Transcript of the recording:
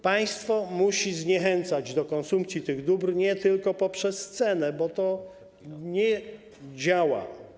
Państwo musi zniechęcać do konsumpcji tych dóbr nie tylko poprzez cenę, bo to nie działa.